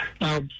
Now